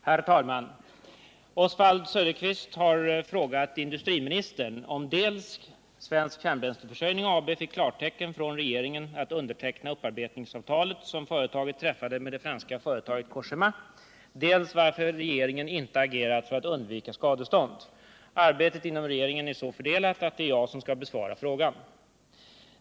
Herr talman! Oswald Söderqvist har frågat industriministern dels om Svensk Kärnbränsleförsörjning AB fick klartecken från regeringen att underteckna upparbetningsavtalet som företaget träffat med det franska företaget Cogéma, dels varför regeringen inte agerat för att undvika skadestånd. Arbetet inom regeringen är så fördelat att det är jag som skall besvara frågan.